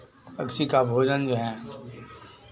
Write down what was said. पक्षी का भोजन जो हैं